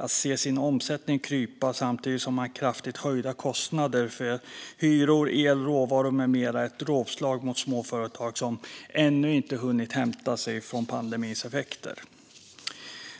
Att se omsättningen krympa samtidigt som man har kraftigt höjda kostnader för hyror, el, råvaror med mera är ett dråpslag mot småföretagare som ännu inte hunnit hämta sig från pandemins effekter.